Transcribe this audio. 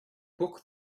book